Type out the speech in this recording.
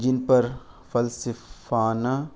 جن پر فلسفیانہ